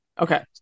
Okay